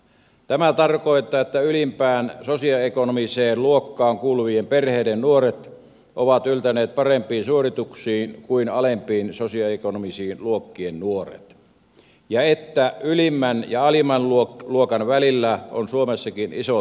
tämä tarkoittaa että ylimpään sosio ekonomiseen luokkaan kuuluvien perheiden nuoret ovat yltäneet parempiin suorituksiin kuin alempien sosioekonomisten luokkien nuoret ja että ylimmän ja alimman luokan välillä on suomessakin isot osaamiserot